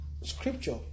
scripture